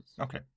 okay